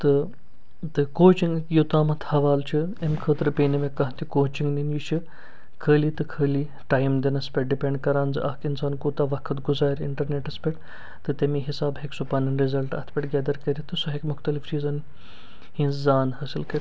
تہٕ تہٕ کوچِنٛگ یوٗتامَتھ حوالہٕ چھُ اَمہِ خٲطرٕ پیٚے نہٕ مےٚ کانٛہہ تہِ کوچِنٛگ نِنۍ یہِ چھُ خٲلی تہٕ خٲلی ٹایِم دِنَس پٮ۪ٹھ ڈِپیٚنٛڈ کران زِ اَکھ اِنسان کوٗتاہ وقت گُزارِ اِنٹَرنیٚٹَس پٮ۪ٹھ تہٕ تٔمے حِسابہٕ ہیٚکہِ سُہ پَنٕنۍ رِزَلٹہٕ اَتھ پٮ۪ٹھ گیدَر کٔرِتھ تہٕ سُہ ہیٚکہِ مختلف چیٖزَن ہنٛز زان حٲصِل کٔرِتھ